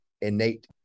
innate